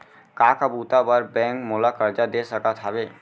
का का बुता बर बैंक मोला करजा दे सकत हवे?